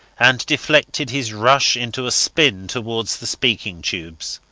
and deflected his rush into a spin towards the speaking-tubes.